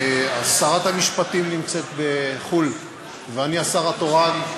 שרת המשפטים נמצאת בחו"ל ואני השר התורן,